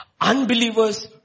Unbelievers